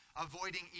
avoiding